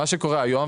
מה שקורה היום,